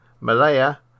Malaya